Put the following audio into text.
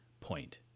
point